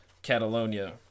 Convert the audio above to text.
Catalonia